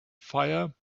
fire